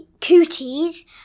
Cootie's